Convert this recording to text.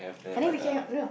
and then we can no